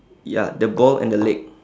ya the ball and the leg